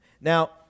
now